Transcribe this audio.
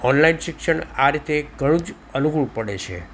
online શિક્ષણ આ રીતે ઘણું જ અનુકુળ પડે છે